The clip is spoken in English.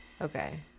okay